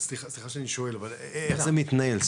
סליחה שאני שואל אבל איך זה מתנהל,